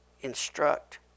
instruct